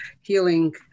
healing